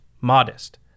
modest